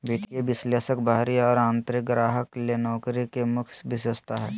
वित्तीय विश्लेषक बाहरी और आंतरिक ग्राहक ले नौकरी के मुख्य विशेषता हइ